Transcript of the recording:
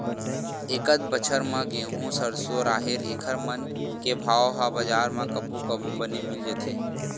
एकत बछर म गहूँ, सरसो, राहेर एखर मन के भाव ह बजार म कभू कभू बने मिल जाथे